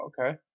okay